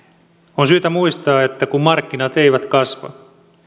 on syytä muistaa että kun markkinat eivät kasva